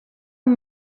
amb